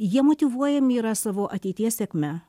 jie motyvuojami yra savo ateities sėkme